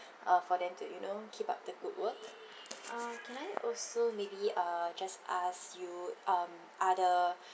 uh for them to you know keep up the good work uh can I also maybe uh just ask you um are the